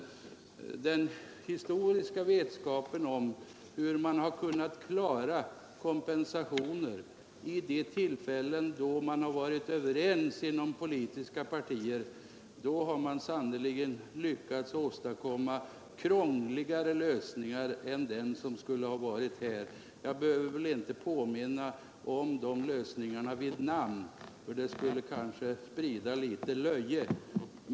Den historiska vetskapen om hur man har kunnat klara kompensationer vid tillfällen då man har varit överens inom vissa politiska partier säger oss ändå, att man sannerligen har lyckats lösa krångligare problem än det här aktuella. Jag behöver väl inte nämna de lösningarna vid namn, för det skulle kanske sprida litet löje.